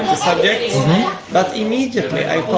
subjects but immediately, i